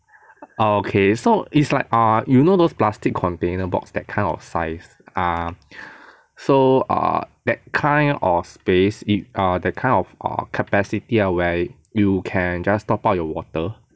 okay so it's like err you know those plastic container box that kind of size ah so err that kind of space it ah that kind of err capacity ah where you can just top up your water